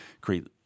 create